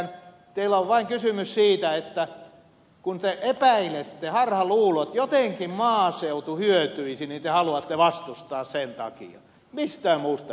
teillä on vain kysymys siitä että kun te epäilette on harhaluulo että jotenkin maaseutu hyötyisi niin te haluatte vastustaa sen takia